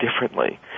differently